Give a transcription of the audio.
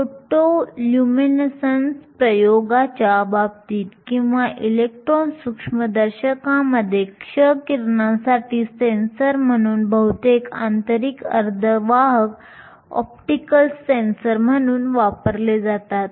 photo luminescence प्रयोगांच्या बाबतीत किंवा इलेक्ट्रॉन सूक्ष्मदर्शकांमध्ये क्ष किरणांसाठी सेन्सर म्हणून बहुतेक आंतरिक अर्धवाहक ऑप्टिकल सेन्सर म्हणून वापरले जातात